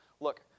Look